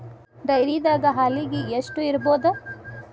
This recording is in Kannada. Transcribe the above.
ಡೈರಿದಾಗ ಹಾಲಿಗೆ ಎಷ್ಟು ಇರ್ಬೋದ್?